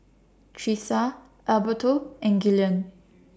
Tressa Alberto and Gillian